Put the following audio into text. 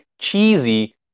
cheesy